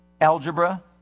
algebra